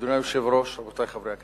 אדוני היושב-ראש, רבותי חברי הכנסת,